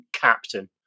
captain